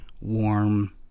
warm